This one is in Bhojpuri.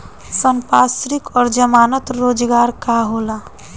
संपार्श्विक और जमानत रोजगार का होला?